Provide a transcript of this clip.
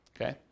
okay